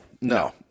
No